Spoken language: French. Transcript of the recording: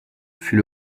fut